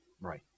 Right